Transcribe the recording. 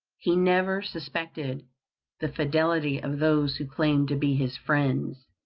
he never suspected the fidelity of those who claimed to be his friends.